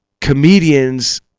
comedians